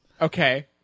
Okay